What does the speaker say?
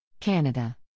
Canada